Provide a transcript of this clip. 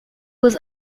was